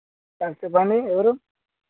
sir చెప్పండి ఎవరు